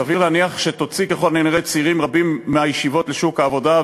סביר להניח שהוא יוציא צעירים רבים מהישיבות לשוק העבודה,